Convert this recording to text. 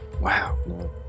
Wow